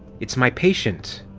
it's my patient!